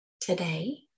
today